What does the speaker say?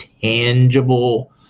tangible